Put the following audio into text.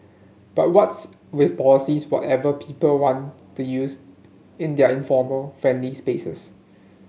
but what's with policing whatever people want to use in their informal friendly spaces